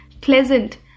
pleasant